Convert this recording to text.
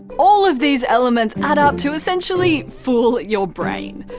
all of these elements add up to, essentially, fool your brain.